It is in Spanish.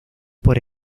por